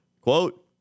Quote